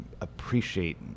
appreciate